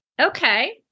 okay